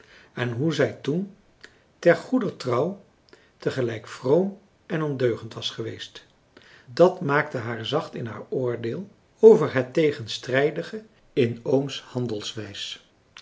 en hoe zij toen ter goeder trouw tegelijk vroom en ondeugend was geweest dat maakte haar zacht in haar oordeel over het tegenstrijdige in ooms